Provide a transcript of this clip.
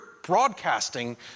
broadcasting